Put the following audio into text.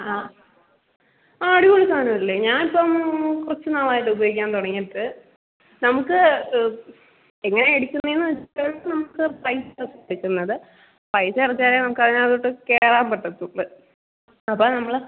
ആ ആ അടിപൊളി സാധനമല്ലേ ഞാനിപ്പം കുറച്ച് നാളായില്ലേ ഉപയോഗിക്കാൻ തുടങ്ങിയിട്ട് നമുക്ക് എങ്ങനെയാണ് എടുക്കുന്നതെന്ന് വെച്ചാൽ നമുക്ക് പൈസ കിട്ടുന്നത് പൈസ അടച്ചാലേ നമുക്കതിനകത്തോട്ട് കയറാൻ പറ്റത്തൊള്ളൂ അപ്പം നമ്മൾ